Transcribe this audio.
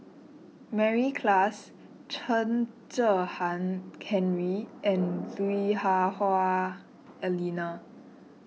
Mary Klass Chen Kezhan Henri and Lui Hah Wah Elena